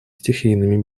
стихийными